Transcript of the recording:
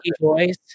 voice